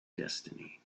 destiny